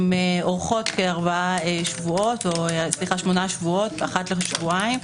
הן אורכות שמונה שבועות, אחת לשבועיים.